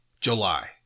July